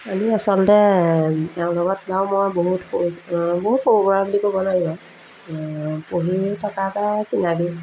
আমি আচলতে এওঁ লগত যাওঁ মই বহুত বহুত প্ৰগ্ৰাম বুলি ক'ব লাগিব পঢ়ি থকাৰপৰাই চিনাকি